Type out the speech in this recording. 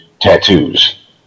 tattoos